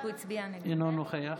אינו נוכח